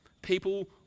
people